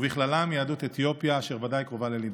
ובכללם יהדות אתיופיה, אשר ודאי קרובה לליבה.